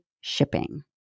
shipping